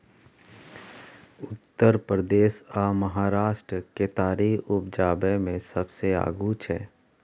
उत्तर प्रदेश आ महाराष्ट्र केतारी उपजाबै मे सबसे आगू छै